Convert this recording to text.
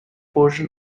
portion